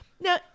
Now